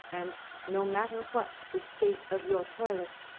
and no matter what the state of your toilet,